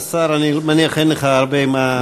השר, אני מניח שאין לך הרבה מה להשיב.